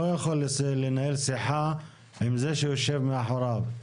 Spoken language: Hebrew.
לא יכול לנהל שיחה עם זה שיושב מאחוריו.